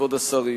כבוד השרים,